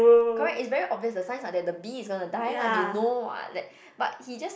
correct it's very obvious the signs are that B is gonna to die lah you know what that but he just